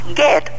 get